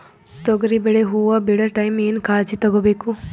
ತೊಗರಿಬೇಳೆ ಹೊವ ಬಿಡ ಟೈಮ್ ಏನ ಕಾಳಜಿ ತಗೋಬೇಕು?